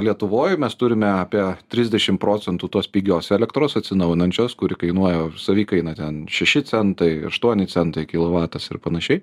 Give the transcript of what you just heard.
lietuvoj mes turime apie trisdešim procentų tos pigios elektros atsinaujinančios kuri kainuoja savikaina ten šeši centai aštuoni centai kilovatas ir panašiai